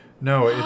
No